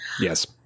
Yes